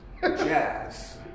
jazz